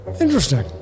Interesting